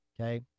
Okay